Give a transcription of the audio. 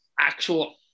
actual